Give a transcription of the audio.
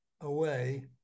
away